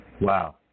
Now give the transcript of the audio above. Wow